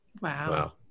Wow